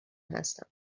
هستم